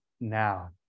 now